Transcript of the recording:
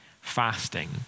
fasting